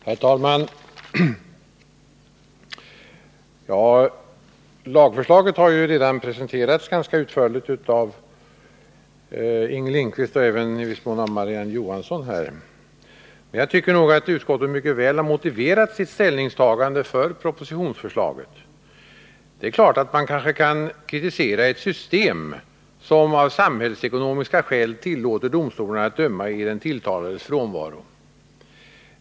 Herr talman! Lagförslaget har redan presenterats ganska utförligt av Inger Lindquist och i viss mån även av Marie-Ann Johansson. Men jag tycker nog att utskottet mycket väl har motiverat sitt ställningstagande för propositionsförslaget. Det är klart att man kanske kan kritisera ett system som av samhällsekonomiska skäl tillåter domstolarna att döma i den tilltalades frånvaro.